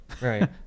Right